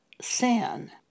sin